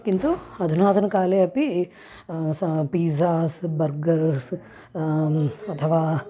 किन्तु आधुनातनकाले अपि स पीज्जास् बर्गर्स् अथवा